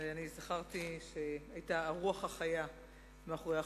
זכרתי שהיית הרוח החיה מאחורי החוק.